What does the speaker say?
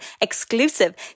exclusive